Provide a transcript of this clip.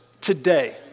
today